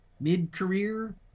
mid-career